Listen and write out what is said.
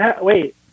wait